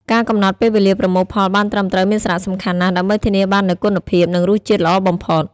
ការកំណត់ពេលវេលាប្រមូលផលបានត្រឹមត្រូវមានសារៈសំខាន់ណាស់ ដើម្បីធានាបាននូវគុណភាព និងរសជាតិល្អបំផុត។